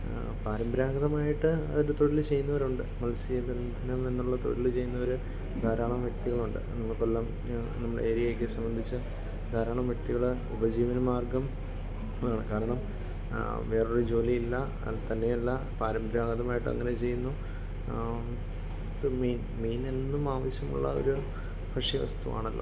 പരമ്പരാഗതമായിട്ട് അതിൻ്റെ തൊഴില് ചെയ്യുന്നവരുണ്ട് മത്സ്യബന്ധനമെന്നുള്ള തൊഴില് ചെയ്യുന്നവര് ധാരാളം വ്യക്തികളുണ്ട് ആ കൊല്ലം നമ്മളുടെ ഏരിയൊക്കെ സംബന്ധിച്ച് ധാരാളം വ്യക്തികളുടെ ഉപജീവന മാർഗ്ഗം ആണ് കാരണം വേറൊര് ജോലിയില്ല തന്നെയല്ല പാരമ്പരാഗതമായിട്ടങ്ങനെ ചെയ്യുന്നു ഇത് മീൻ മീനെന്നും ആവശ്യമുള്ള ഒരു ഭക്ഷ്യ വസ്തുവാണല്ലോ